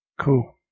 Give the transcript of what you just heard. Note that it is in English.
Cool